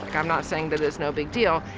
like i'm not saying that it's no big deal.